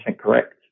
correct